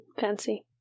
Fancy